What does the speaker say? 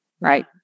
Right